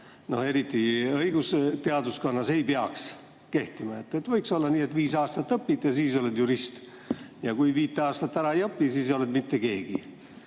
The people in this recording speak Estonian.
eriti õigusteaduskonnas kehtima. Võiks olla nii, et viis aastat õpid ja siis oled jurist. Kui viit aastat ära ei õpi, siis sa oled mittekeegi.